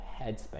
headspace